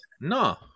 No